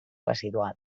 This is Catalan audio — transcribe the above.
residual